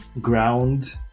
ground